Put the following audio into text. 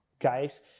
guys